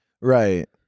Right